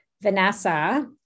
Vanessa